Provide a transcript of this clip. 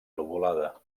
lobulada